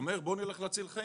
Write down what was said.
שאומר בואו נלך להציל חיים,